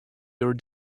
your